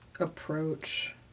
Approach